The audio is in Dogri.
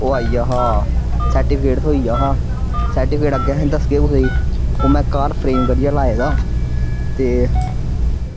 ओह् आइया हा सर्टीफिकेट थ्होई गेआ हा सर्टीफिकेट अग्गें अस दस्सगे कुसे गी ओह् में घर फ्रेम करियै लाये दा ते